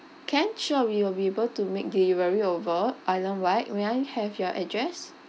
can sure we will be able to make delivery over islandwide may I have your address